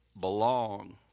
belong